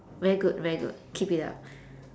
very good very good keep it up